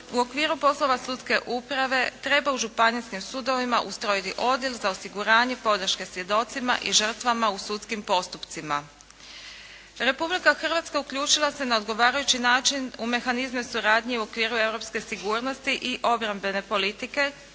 u okviru poslova sudske uprave treba u županijskim sudovima ustrojiti odjel za osiguranje podrške svjedocima i žrtvama u sudskim postupcima. Republika Hrvatska uključila se na odgovarajući način u mehanizme suradnje u okviru europske sigurnosti i obrambene politike